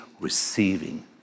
receiving